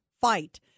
fight